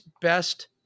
best